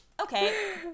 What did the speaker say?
okay